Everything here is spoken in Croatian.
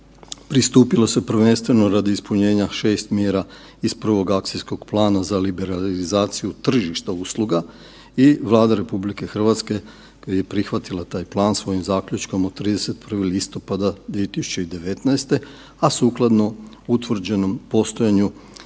pristupilo se prvenstveno radi ispunjenja 6 mjera iz prvog akcijskog plana za liberalizaciju tržišta usluga i Vlada RH je prihvatila taj plan svojim Zaključkom od 31. listopada 2019., a sukladno utvrđenom postojanju